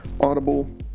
Audible